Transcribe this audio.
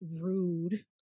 rude